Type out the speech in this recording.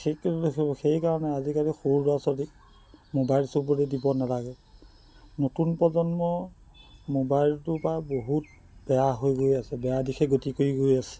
সেইকাৰণে আজিকালি সৰু ল'ৰা ছোৱালীক মোবাইল চুবলৈ দিব নালাগে নতুন প্ৰজন্ম মোবাইলটোৰপৰা বহুত বেয়া হৈ গৈ আছে বেয়া দিশে গতি কৰি গৈ আছে